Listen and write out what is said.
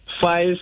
five